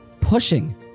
pushing